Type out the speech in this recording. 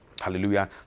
hallelujah